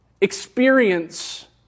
experience